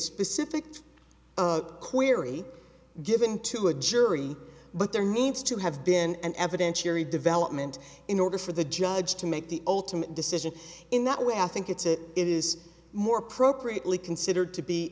specific query given to a jury but there needs to have been an evidentiary development in order for the judge to make the ultimate decision in that way i think it's a it is more appropriately considered to be